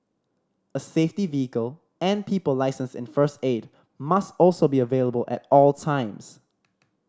a safety vehicle and people licensed in first aid must also be available at all times